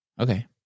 Okay